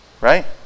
Right